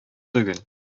түгел